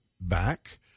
back